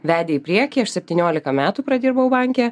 vedė į priekį aš septyniolika metų pradirbau banke